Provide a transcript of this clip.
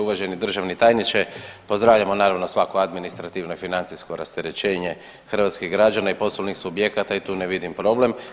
Uvaženi državni tajniče, pozdravljamo naravno svako administrativno i financijsko rasterećenje hrvatskih građana i poslovnih subjekata i tu ne vidim problem.